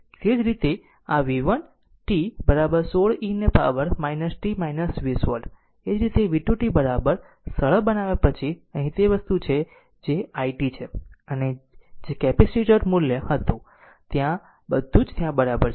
પછી તે જ રીતે v આ v 1 t 16 eને પાવર t 20 વોલ્ટ એ જ રીતે v 2 t સરળ બનાવવા પછી અહીં તે જ વસ્તુ છે જે હું t છું અને જે કેપેસિટર મૂલ્ય હતું ત્યાં બધું જ ત્યાં બરાબર છે